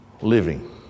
living